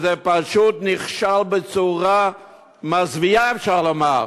וזה פשוט נכשל בצורה מזוויעה, אפשר לומר.